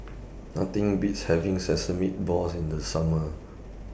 Nothing Beats having Sesame Balls in The Summer